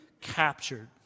captured